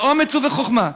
באומץ ובחוכמה,